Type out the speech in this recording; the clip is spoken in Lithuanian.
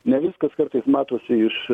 ne viskas kartais matosi iš